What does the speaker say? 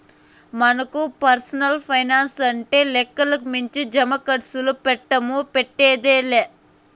మనకు పర్సనల్ పైనాన్సుండింటే లెక్కకు మించి జమాకర్సులు పెడ్తాము, పెట్టేదే లా